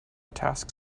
task